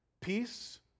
peace